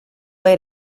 way